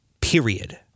Period